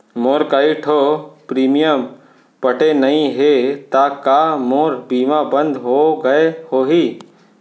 मोर कई ठो प्रीमियम पटे नई हे ता का मोर बीमा बंद हो गए होही?